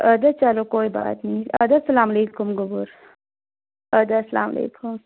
اَدٕ حظ چلو کویی بات نہیں اَدٕ حظ سَلام علیکُم گوٚبُر اَدٕ حظ سَلام علیکُم